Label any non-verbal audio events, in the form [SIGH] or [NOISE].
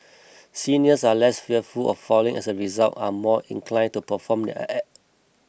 seniors are less fearful of falling as a result are more inclined to perform their [UNINTELLIGIBLE]